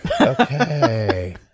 Okay